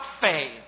faith